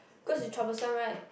cause it's troublesome right